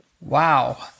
Wow